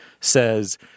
says